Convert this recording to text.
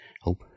hope